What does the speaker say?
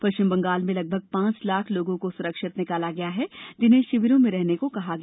पश्चिम बंगाल में लगभग पांच लाख लोगों को स्रक्षित निकाला गया है जिन्हें शिविरों में रहने को कहा गया